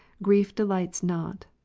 grief delights not.